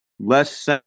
Less